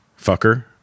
fucker